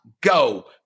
go